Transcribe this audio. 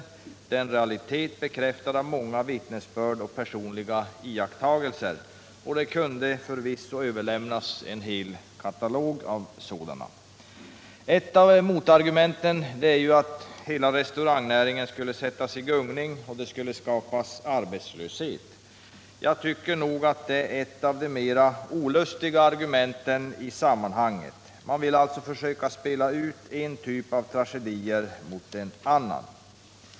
Det är en realitet, bekräftad av många vittnesbörd och personliga iakttagelser. Det kunde förvisso överlämnas en hel katalog av sådana. Ett av argumenten mot förbud är att ett sådant skulle sätta hela restaurangnäringen i gungning och skapa arbetslöshet. Jag tycker att det är ett av de mera olustiga argumenten i sammanhanget. Man vill försöka att spela ut en typ av tragedier mot en annan.